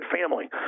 family